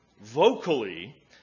vocally